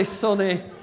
sunny